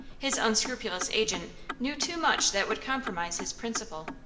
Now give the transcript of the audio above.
his unscrupulous agent knew too much that would compromise his principal.